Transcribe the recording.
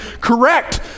correct